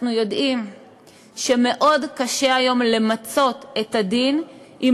אנחנו יודעים שמאוד קשה היום למצות את הדין עם